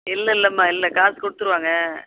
இல்லைல்லம்மா இல்லை காசு கொடுத்துருவாங்க